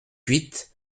huit